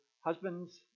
husbands